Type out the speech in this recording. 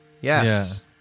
Yes